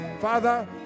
Father